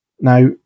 Now